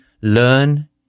Learn